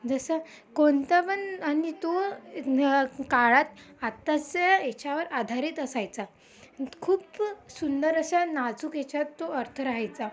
जसं कोणता पण आणि तो काळात आत्ताच्या याच्यावर आधारित असायचा खूप सुंदर अशा नाजूक याच्यात तो अर्थ राहायचा